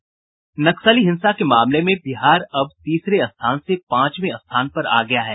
नक्सली हिंसा के मामले में बिहार अब तीसरे स्थान से पांचवें स्थान पर आ गया है